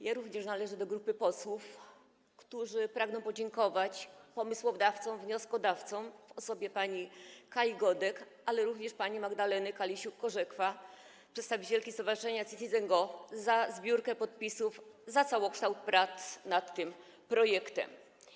Ja również należę do grupy posłów, którzy pragną podziękować pomysłodawcom, wnioskodawcom w osobie pani Kai Godek, ale również pani Magdaleny Korzekwa-Kaliszuk, przedstawicielki Stowarzyszenia CitizenGO, za zbiórkę podpisów, za całokształt prac nad tym projektem.